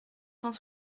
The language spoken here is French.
cent